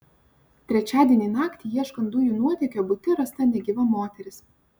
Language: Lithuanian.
trečiadienį naktį ieškant dujų nuotėkio bute rasta negyva moteris